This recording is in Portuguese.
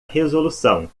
resolução